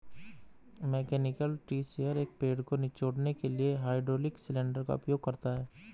mechanical tree shaker, एक पेड़ को निचोड़ने के लिए हाइड्रोलिक सिलेंडर का उपयोग करता है